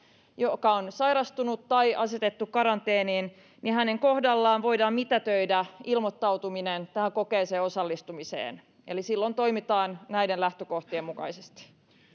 joka on sairastunut tai asetettu karanteeniin niin hänen kohdallaan voidaan mitätöidä ilmoittautuminen tähän kokeeseen osallistumiseen eli silloin toimitaan näiden lähtökohtien mukaisesti edustaja hänninen